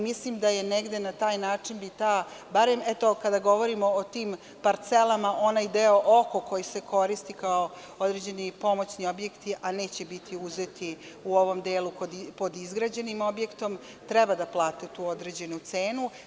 Mislim da negde na taj način, barem kada govorimo o tim parcelama, oni delovi oko koji se koriste kao određeni pomoćni objekti, a neće biti uzeti u ovom delu pod izgrađenim objektom, treba da plate tu određenu cenu.